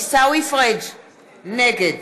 נגד